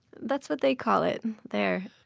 that's what they call it there.